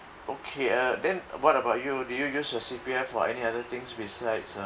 okay uh then what about you do you use your C_P_F for any other things besides uh